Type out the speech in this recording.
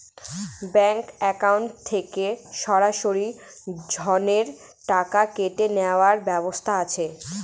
Bank account থেকে সরাসরি ঋণের টাকা কেটে নেওয়ার ব্যবস্থা আছে?